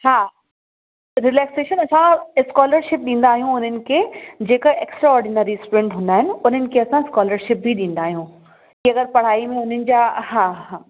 हा रिलेक्सेशन असां स्कॉलरशिप ॾींदा आहियूं उन्हनि खे जेका एक्स्ट्राऑडीनरी स्टूडंट हूंदा आहिनि उन्हनि खे असां स्कॉलरशिप बि ॾींदा आहियूं की अगरि पढ़ाई में उन्हनि जा हा हा